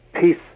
peace